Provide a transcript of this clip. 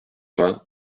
vingt